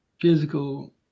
physical